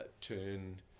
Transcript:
Turn